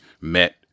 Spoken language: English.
met